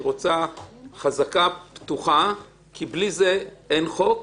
רוצה חזקה פתוחה כי בלי זה אין חוק,